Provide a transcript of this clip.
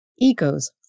egos